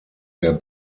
der